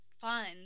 fun